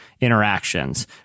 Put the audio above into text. interactions